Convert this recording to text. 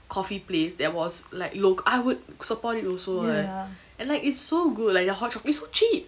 coffee place that was like lo~ I would support it also what and like it's so good like their hot chocolate it's so cheap